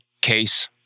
case